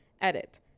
Edit